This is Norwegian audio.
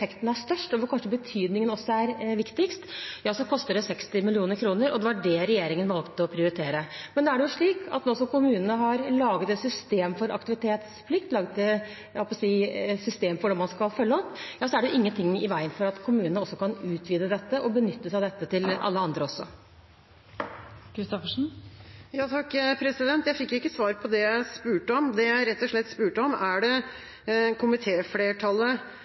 effekten er størst og betydningen kanskje også viktigst, koster det 60 mill. kr, og det var det regjeringen valgte å prioritere. Men nå som kommunene har laget et system for aktivitetsplikt, et system for dem man skal følge opp, er det ingenting i veien for at kommunene også kan utvide dette og benytte seg av det for alle andre også. Jeg fikk ikke svar på det jeg spurte om. Det jeg spurte om, var rett og slett: Er det